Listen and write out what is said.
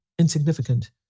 insignificant